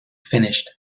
finished